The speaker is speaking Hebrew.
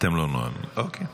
אתם לא נועלים, אוקיי.